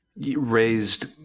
raised